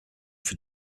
für